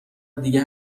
دیگه